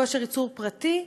מכושר ייצור פרטי.